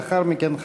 ולאחר מכן,